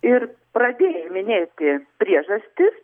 ir pradėjai minėti priežastis